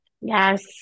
Yes